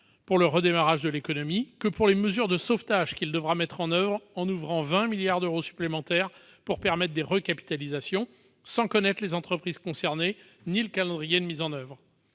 pour le redémarrage de l'économie que pour les mesures de sauvetage qu'il devra mettre en oeuvre, en ouvrant 20 milliards d'euros supplémentaires pour permettre des recapitalisations, sans connaître les entreprises concernées ni le calendrier de mise en oeuvre.